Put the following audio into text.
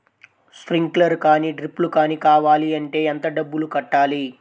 Sprinkler కానీ డ్రిప్లు కాని కావాలి అంటే ఎంత డబ్బులు కట్టాలి?